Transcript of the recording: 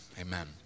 Amen